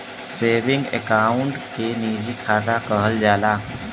सेवींगे account के निजी खाता कहल जाला